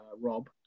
Rob